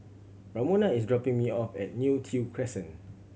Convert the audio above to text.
Ramona is dropping me off at Neo Tiew Crescent